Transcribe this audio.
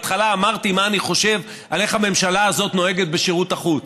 בהתחלה אמרתי מה אני חושב על איך הממשלה הזאת נוהגת בשירות החוץ,